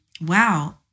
wow